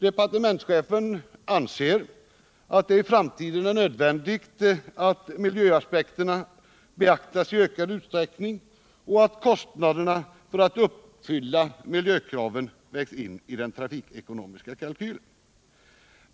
Departementschefen anser att det i framtiden är nödvändigt att miljöaspekterna beaktas i ökad utsträckning och att kostnaderna för att uppfylla miljökraven skall vägas in i den trafikekonomiska kalkylen.